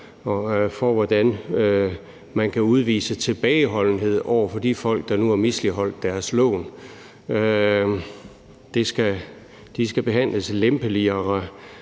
for, hvordan man kan udvise tilbageholdenhed over for de folk, der nu har misligholdt deres lån. De skal behandles lempeligere,